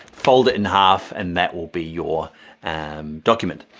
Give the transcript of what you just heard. fold it in half, and that will be your and document.